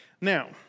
Now